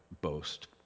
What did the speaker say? boast